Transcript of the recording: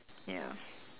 ya